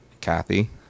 Kathy